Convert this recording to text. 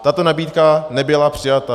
Tato nabídka nebyla přijata.